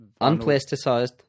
unplasticized